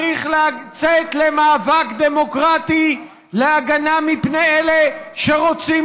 צריך לצאת למאבק דמוקרטי להגנה מפני אלה שרוצים